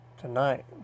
Tonight